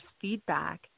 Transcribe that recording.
feedback